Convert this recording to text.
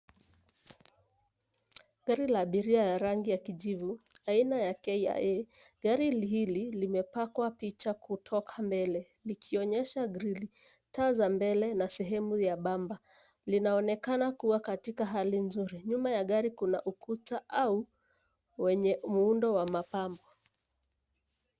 Gari la abiria ya rangi ya kijivu, aina ya KIA, gari hili hili, limepakwa picha kutoka mbele, likionyesha grili, taa za mbele na sehemu ya bumper . Linaokeana kuwa katika hali nzuri, nyuma ya gari kuna ukuta, au wenye muundo wa mapambo.